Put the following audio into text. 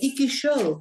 iki šiol